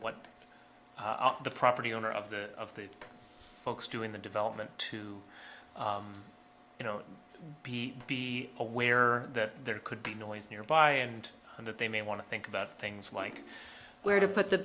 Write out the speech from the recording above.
what the property owner of the of the folks doing the development to you know be aware that there could be noise nearby and in that they may want to think about things like where to put the